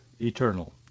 eternal